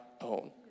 own